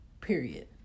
Period